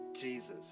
Jesus